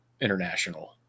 international